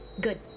Good